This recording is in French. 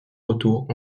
retours